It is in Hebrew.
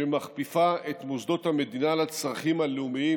שמכפיפה את מוסדות המדינה לצרכים הלאומיים,